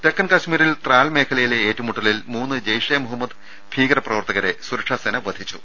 തെക്കൻ കൾമീരിൽ ത്രാൽ മേഖലയിലെ ഏറ്റുമുട്ടലിൽ മൂന്ന് ജയ്ഷെ മുഹമ്മദ് ഭീകര പ്രവർത്തകരെ സുരക്ഷാ സേന വധിച്ചു